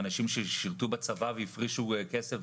אנשים ששירתו בצבא והפרישו כסף